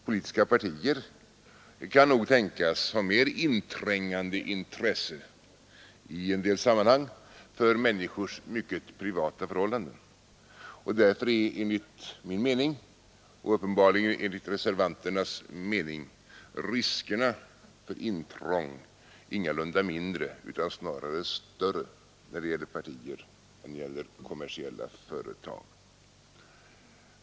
Politiska partier kan nog tänkas ha mer inträngande intresse i en del sammanhang för människors mycket privata förhållanden, och därför är enligt min mening och uppenbarligen enligt reservanternas mening riskerna för intrång ingalunda mindre utan snarare större när det gäller partier än för kommersiella företag.